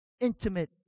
intimate